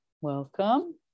welcome